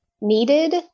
needed